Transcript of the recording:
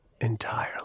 entirely